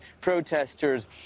protesters